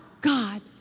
God